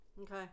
Okay